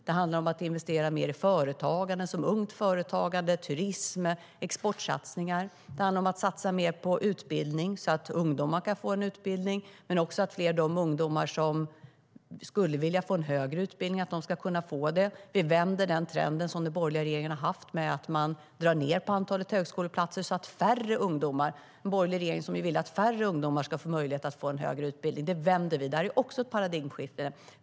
Det handlar om att investera mer i företagande, till exempel ungt företagande, turism och exportsatsningar. Det handlar om att satsa mer på utbildning, så att ungdomar kan få en utbildning men också att fler av de ungdomar som skulle vilja få en högre utbildning kan få det. Vi vänder den trend som den borgerliga regeringen har haft med att dra ned på antalet högskoleplatser. Det var en borgerlig regering som ville att färre ungdomar skulle få möjlighet att få en högre utbildning. Detta vänder vi. Det är också ett paradigmskifte.